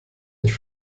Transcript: ich